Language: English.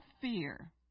fear